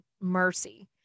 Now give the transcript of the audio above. mercy